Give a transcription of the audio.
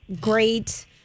great